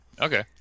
okay